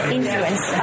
influence